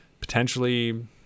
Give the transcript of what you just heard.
potentially